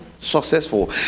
successful